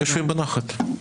אדוני.